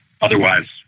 Otherwise